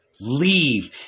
leave